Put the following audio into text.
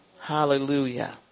Hallelujah